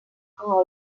con